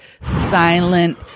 silent